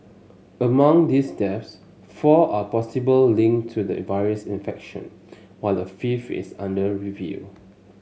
among these deaths four are possible linked to the virus infection while a fifth is under review